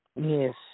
Yes